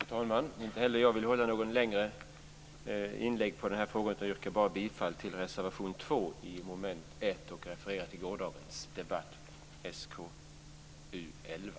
Fru talman! Inte heller jag vill göra något längre inlägg i den här frågan. Jag yrkar bara bifall till reservation 2 under mom. 1, och jag refererar till gårdagens debatt om SkU11.